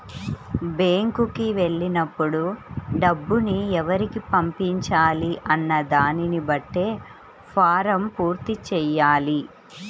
బ్యేంకుకి వెళ్ళినప్పుడు డబ్బుని ఎవరికి పంపించాలి అన్న దానిని బట్టే ఫారమ్ పూర్తి చెయ్యాలి